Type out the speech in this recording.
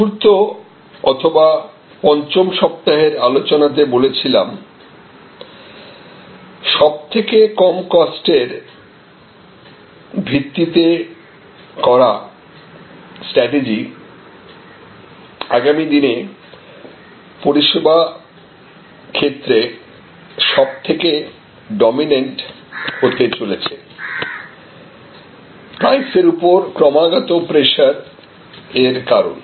চতুর্থ অথবা পঞ্চম সপ্তাহের আলোচনাতে বলেছিলাম সবথেকে কম কস্ট এর ভিত্তিতে করা স্ট্র্যাটেজি আগামী দিনে পরিষেবা ক্ষেত্রে সবথেকে ডমিনেন্ট হতে চলেছে প্রাইসের উপর ক্রমাগত প্রেসার এর কারণ